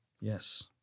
Yes